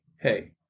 hey